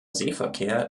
seeverkehr